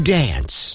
dance